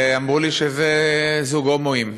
ואמרו לי שזה זוג הומואים.